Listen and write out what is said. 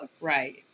Right